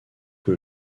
que